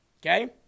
Okay